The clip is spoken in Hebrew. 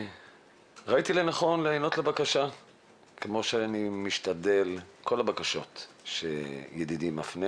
וראיתי לנכון להיענות לבקשה כפי שאני משתדל בכל הבקשות שידידי מפנה